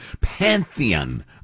pantheon